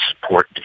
support